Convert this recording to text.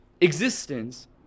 existence